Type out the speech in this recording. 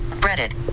breaded